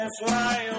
fly